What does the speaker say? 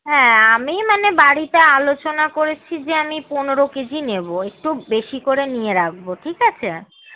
হ্যাঁ আমি মানে বাড়িতে আলোচনা করেছি যে আমি পনেরো কেজি নেবো একটু বেশি করে নিয়ে রাখবো ঠিক আছে